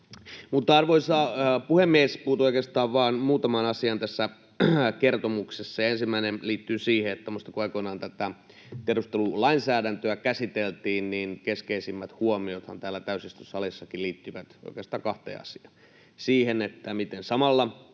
Arvoisa puhemies! Puutun oikeastaan vain muutamaan asiaan tässä kertomuksessa, ja ensimmäinen liittyy siihen, että muistan, että kun aikoinaan tätä tiedustelulainsäädäntöä käsiteltiin, niin keskeisimmät huomiothan täällä täysistuntosalissakin liittyivät oikeastaan kahteen asiaan: siihen, miten samalla